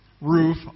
roof